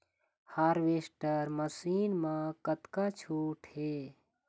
Harvester machine मा कतका छूट हे?